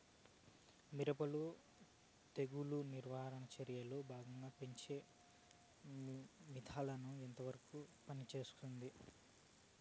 మిరప లో తెగులు నివారణ చర్యల్లో భాగంగా పెంచే మిథలానచ ఎంతవరకు పనికొస్తుంది?